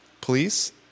please